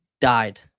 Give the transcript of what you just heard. died